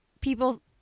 People